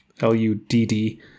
L-U-D-D